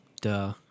duh